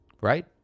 Right